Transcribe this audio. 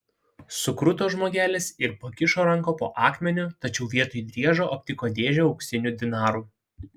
sukruto žmogelis ir pakišo ranką po akmeniu tačiau vietoj driežo aptiko dėžę auksinių dinarų